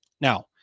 Now